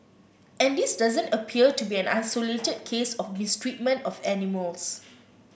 and this doesn't appear to be an isolated case of mistreatment of animals